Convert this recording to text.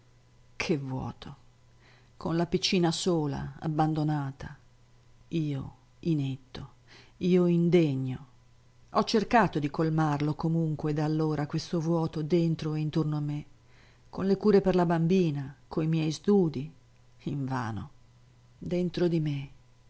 che vuoto con la piccina sola abbandonata io inetto io indegno ho cercato di colmarlo comunque da allora questo vuoto dentro e intorno a me con le cure per la bambina coi miei studii invano dentro di me